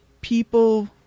people